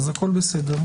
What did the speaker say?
אז הכל בסדר.